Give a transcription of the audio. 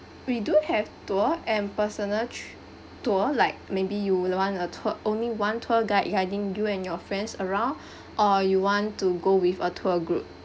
we do have tour and personal t~ tour like maybe you would want a tour only one tour guide guiding you and your friends around or you want to go with a tour group